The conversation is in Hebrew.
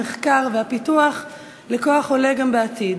המחקר והפיתוח לכוח עולה גם בעתיד.